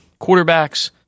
quarterbacks